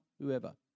whoever